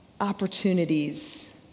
opportunities